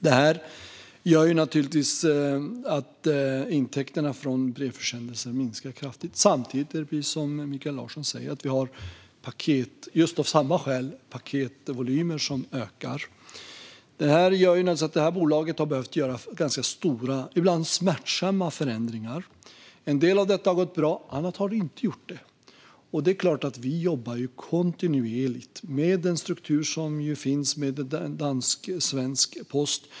Detta gör naturligtvis att intäkterna från brevförsändelser minskar kraftigt. Samtidigt ökar paketvolymer av samma skäl, precis som Mikael Larsson säger. Det här gör naturligtvis att detta bolag har behövt göra ganska stora och ibland smärtsamma förändringar. En del har gått bra. Annat har inte gjort det. Det är klart att vi kontinuerligt jobbar med den struktur som finns när det gäller en dansk-svensk post.